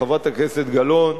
חברת הכנסת גלאון,